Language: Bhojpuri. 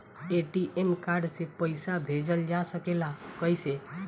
ए.टी.एम कार्ड से पइसा भेजल जा सकेला कइसे?